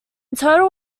total